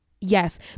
yes